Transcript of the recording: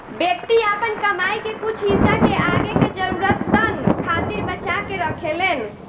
व्यक्ति आपन कमाई के कुछ हिस्सा के आगे के जरूरतन खातिर बचा के रखेलेन